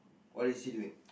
what is he doing